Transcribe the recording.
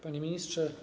Panie Ministrze!